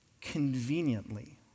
conveniently